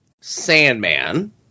Sandman